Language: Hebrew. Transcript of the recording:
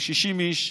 כ-60 איש,